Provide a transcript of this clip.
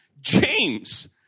James